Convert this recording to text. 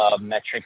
metrics